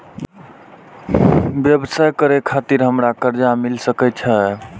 व्यवसाय करे खातिर हमरा कर्जा मिल सके छे?